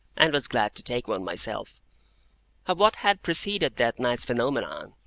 and was glad to take one myself. of what had preceded that night's phenomenon,